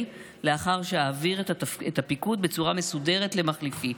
לאחר שאעביר את הפיקוד בצורה מסודרת למחליפי.